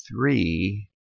three